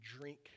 drink